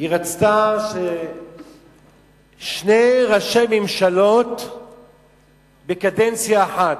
היא רצתה שיהיו שני ראשי ממשלה בקדנציה אחת.